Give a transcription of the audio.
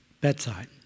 bedside